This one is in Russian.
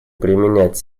применять